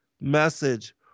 message